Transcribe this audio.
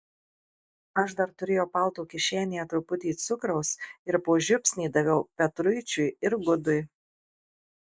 aš dar turėjau palto kišenėje truputį cukraus ir po žiupsnį daviau petruičiui ir gudui